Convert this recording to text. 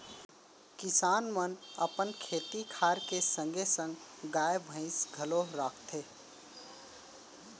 किसान मन अपन खेती खार के संगे संग गाय, भईंस घलौ राखथें